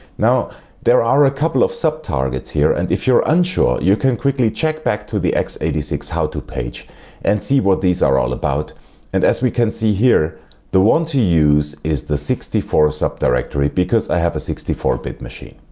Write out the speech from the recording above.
now there are a couple of sub-targets here and if you're unsure you can quickly check back to the x eight six howto page and see what these are all about and as we can see there the one to use is the sixty four sub-directory because i have a sixty four bit machine.